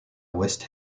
west